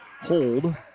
hold